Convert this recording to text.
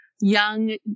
young